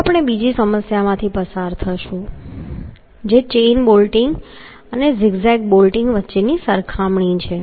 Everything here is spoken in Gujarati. હવે આપણે બીજી સમસ્યામાંથી પસાર થઈશું જે ચેઈન બોલ્ટિંગ અને ઝિગ ઝેગ બોલ્ટિંગ વચ્ચેની સરખામણી છે